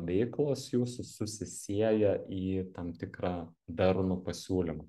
veiklos jūsų susisieja į tam tikrą darnų pasiūlymą